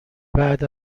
بعد